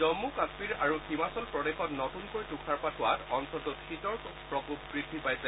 জম্মু কাশ্মীৰ আৰু হিমাচল প্ৰদেশত নতুনকৈ তৃষাৰপাত হোৱাত অঞ্চলটোত শীতৰ প্ৰকোপ বৃদ্ধি পাইছে